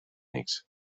niks